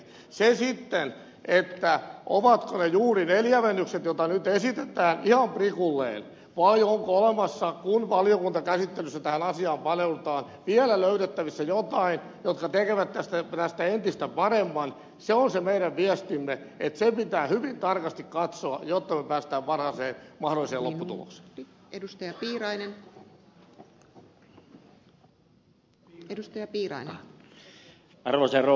se sitten ovatko ne ihan prikulleen juuri ne lievennykset joita nyt esitetään vai onko kun valiokuntakäsittelyssä tähän asiaan paneudutaan vielä löydettävissä joitain lievennyksiä jotka tekevät tästä entistä paremman se on se meidän viestimme että se pitää hyvin tarkasti katsoa jotta me pääsemme parhaaseen mahdolliseen lopputulokseen